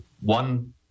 one